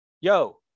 yo